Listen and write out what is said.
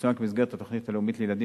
יצוין כי במסגרת התוכנית הלאומית לילדים